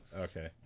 Okay